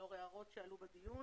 לאור הערות שעלו בדיון.